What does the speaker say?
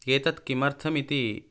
एतत् किमर्थमिति